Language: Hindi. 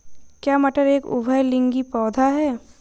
क्या मटर एक उभयलिंगी पौधा है?